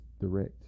direct